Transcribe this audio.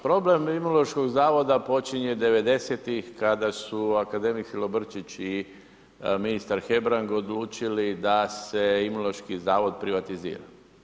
Problem Imunološkog zavoda počinje '90ih kada su akademik Silobrčić i ministar Hebrang odlučili da se Imunološki zavod privatizira.